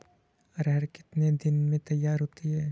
अरहर कितनी दिन में तैयार होती है?